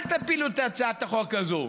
אל תפילו את הצעת החוק הזאת.